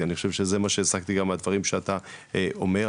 אני חושב שזה גם הסקתי מהדברים שאתה אומר.